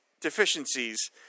deficiencies